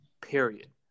period